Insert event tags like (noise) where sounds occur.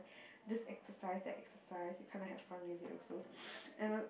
this exercise that exercise you kind of have fun with it also (noise) and